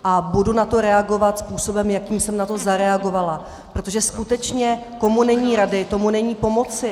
A budu na to reagovat způsobem, jakým jsem na to zareagovala, protože skutečně komu není rady, tomu není pomoci.